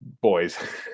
boys